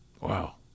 Wow